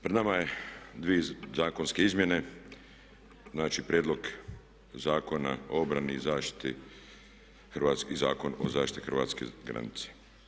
Pred nama su dvije zakonske izmjene, znači prijedlog Zakona o obrani i Zakon o zaštiti hrvatske granice.